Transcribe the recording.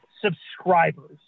subscribers